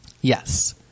Yes